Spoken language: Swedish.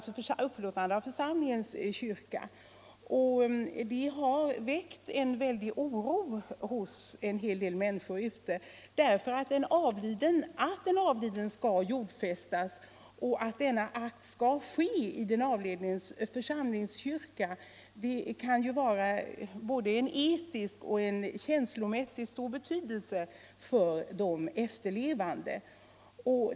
Sådana händelser har väckt stor oro hos en hel del människor, eftersom det kan vara både en etisk fråga och en fråga som känslomässigt har mycket stor betydelse för de efterlevande att jordfästning kan ske i den avlidnes församlings 3 kyrka.